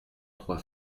trois